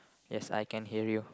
yes I can hear you